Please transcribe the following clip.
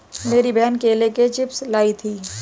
मेरी बहन केले के चिप्स लाई थी